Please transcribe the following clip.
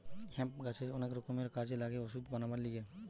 hemp গাছের অনেক রকমের কাজে লাগে ওষুধ বানাবার লিগে